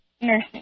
Nursing